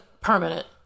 permanent